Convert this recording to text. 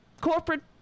corporate